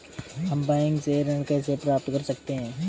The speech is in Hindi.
हम बैंक से ऋण कैसे प्राप्त कर सकते हैं?